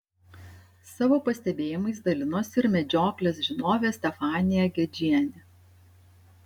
savo pastebėjimais dalinosi ir medžioklės žinovė stefanija gedžienė